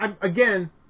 Again